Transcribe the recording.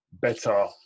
better